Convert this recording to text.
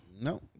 No